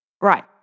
Right